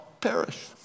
perish